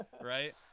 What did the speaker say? right